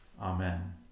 Amen